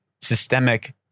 systemic